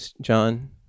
John